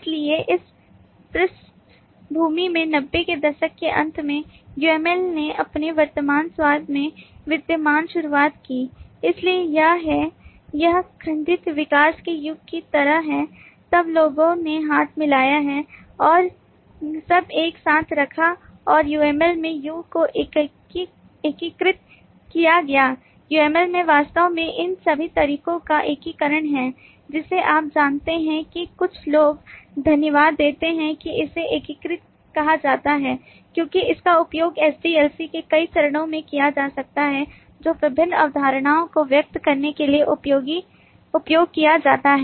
इसलिए इस पृष्ठभूमि में 90 के दशक के अंत में UML ने अपने वर्तमान स्वाद में विद्यमान शुरुआत की इसलिए यह है यह खंडित विकास के युग की तरह है तब लोगों ने हाथ मिलाया है और यह सब एक साथ रखा और UML में U को एकीकृत किया गया UML में वास्तव में इन सभी तरीकों का एकीकरण है जिसे आप जानते हैं कि कुछ लोग धन्यवाद देते हैं कि इसे एकीकृत कहा जाता है क्योंकि इसका उपयोग SDLC के कई चरणों में किया जा सकता है जो विभिन्न अवधारणाओं को व्यक्त करने के लिए उपयोग किया जाता है